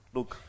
Look